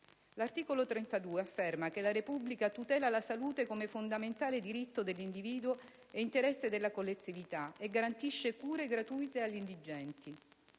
L'articolo 32 afferma che "La Repubblica tutela la salute come fondamentale diritto dell'individuo e interesse della collettività, e garantisce cure gratuite agli indigenti".